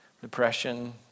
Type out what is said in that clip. depression